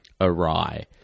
awry